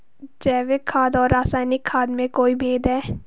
जैविक खाद और रासायनिक खाद में कोई भेद है?